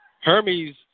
Hermes